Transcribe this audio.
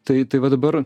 tai tai va dabar